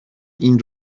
این